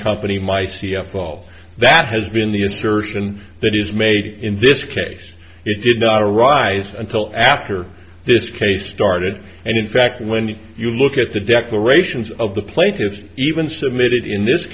company my c f o all that has been the assertion that is made in this case it did not arise until after this case started and in fact when you look at the declarations of the plaintiffs even submitted in this